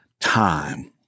time